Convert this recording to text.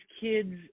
kids